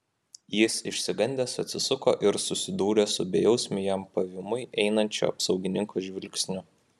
jis išsigandęs atsisuko ir susidūrė su bejausmiu jam pavymui einančio apsaugininko žvilgsniu